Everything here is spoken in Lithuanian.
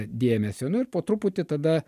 dėmesio nu ir po truputį tada